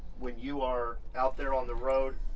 when you are out there on the road?